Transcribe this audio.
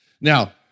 Now